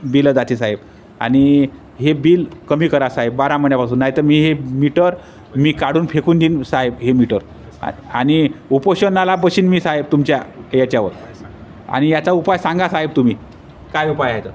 बिलं जाते साहेब आणि हे बिल कमी करा साहेब बारा महिन्यापासून नाही त मी हे मीटर मी काढून फेकून देईन साहेब हे मीटर आणि उपोषणाला बसीन मी साहेब तुमच्या याच्यावर आणि याचा उपाय सांगा साहेब तुम्ही काय उपाय आहे तर